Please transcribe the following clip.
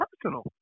personal